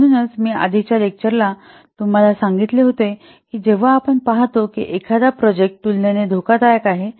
म्हणूनच मी आधीच्या लेक्चरला तुम्हाला आधीच सांगितले होते कि जेव्हा आपण पाहतो की एखादा प्रोजेक्ट तुलनेने धोकादायक आहे